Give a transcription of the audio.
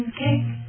cake